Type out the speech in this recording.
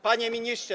Panie Ministrze!